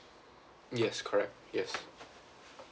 yes correct yes